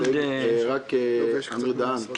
אמיר דהן,